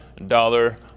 Dollar